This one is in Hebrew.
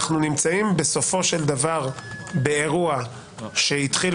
אנחנו נמצאים בסופו של דבר באירוע שהתחילה